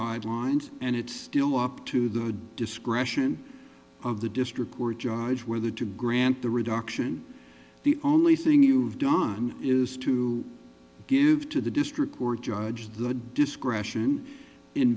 guidelines and it's still up to the discretion of the district court judge whether to grant the reduction the only thing you've done is to give to the district court judge the discretion in